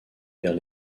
vers